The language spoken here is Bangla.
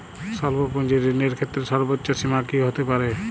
স্বল্প পুঁজির ঋণের ক্ষেত্রে সর্ব্বোচ্চ সীমা কী হতে পারে?